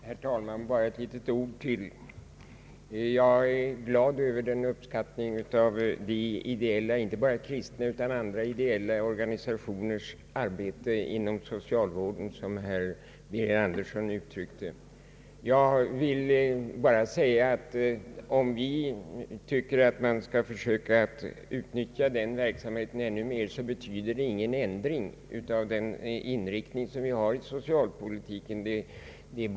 Herr talman! Bara några få ord till. Jag är glad över den uppskattning herr Birger Andersson uttryckte beträffande ideella organisationers arbete inom socialvården — inte bara kristna utan även andra ideella organisationers. När vi nu anser att man bör försöka utnyttja den verksamheten ännu mer, så betyder det inte någon ändring i fråga om socialpolitikens inriktning.